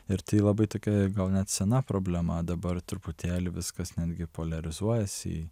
ir tai labai tokia gal net sena problema dabar truputėlį viskas netgi poliarizuojasi